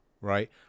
right